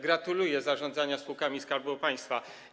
Gratuluję zarządzania spółkami Skarbu Państwa.